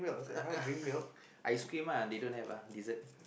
ice cream ah they don't have ah dessert